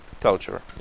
culture